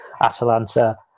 Atalanta